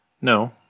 No